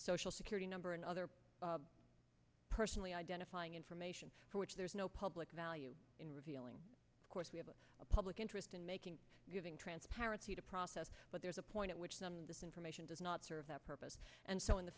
social security number and other personally identifying information for which there is no public value in revealing of course we have a public interest in making transparency to process but there's a point at which this information does not serve that purpose and so in the